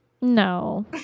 no